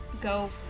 go